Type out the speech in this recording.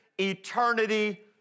eternity